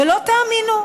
ולא תאמינו,